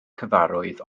cyfarwydd